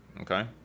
Okay